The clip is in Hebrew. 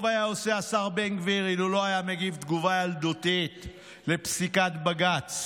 טוב היה עושה השר בן גביר אילו לא היה מגיב תגובה ילדותית לפסיקת בג"ץ.